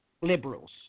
liberals